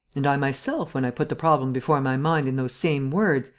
and i myself, when i put the problem before my mind in those same words,